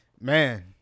Man